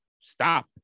stop